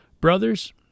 Brothers